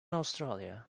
australia